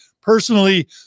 personally